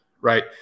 right